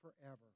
forever